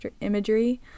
imagery